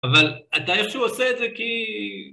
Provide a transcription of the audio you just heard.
אבל אתה איכשהו עושה את זה כי...